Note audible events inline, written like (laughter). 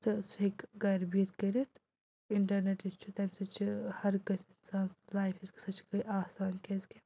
تہٕ سُہ ہیٚکہِ گَرِ بِہِتھ کٔرِتھ اِنٹَرنٮ۪ٹ یُس چھُ تَمہِ سۭتۍ چھُ ہَر کٲنٛسہِ اِنسان (unintelligible) لایف یۄس چھِ گَژھان چھِ سۄ گٔے آسان کیٛازِکہِ